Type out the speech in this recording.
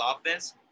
offense